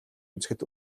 үзэхэд